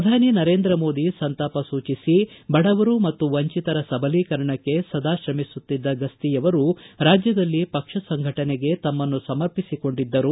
ಪ್ರಧಾನಿ ನರೇಂದ್ರ ಮೋದಿ ಸಂತಾಪ ಸೂಚಿಸಿ ಬಡವರು ಮತ್ತು ವಂಚಿತರ ಸಬಲೀಕರಣಕ್ಕೆ ಸದಾ ಶ್ರಮಿಸುತ್ತಿದ್ದ ಗಸ್ತಿ ಅವರು ರಾಜ್ಯದಲ್ಲಿ ಪಕ್ಷ ಸಂಘಟನೆಗೆ ತಮ್ನನ್ನು ಸಮರ್ಪಿಸಿಕೊಂಡಿದ್ದರು